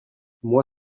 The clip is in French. moi